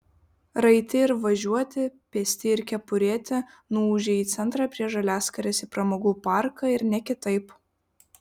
raiti ir važiuoti pėsti ir kepurėti nuūžė į centrą prie žaliaskarės į pramogų parką ir ne kitaip